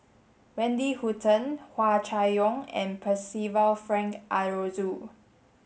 Wendy Hutton Hua Chai Yong and Percival Frank Aroozoo